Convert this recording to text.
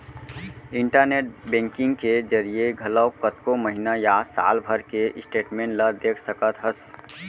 internet banking के जरिए घलौक कतको महिना या साल भर के स्टेटमेंट ल देख सकत हस